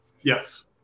Yes